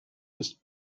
ist